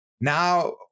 now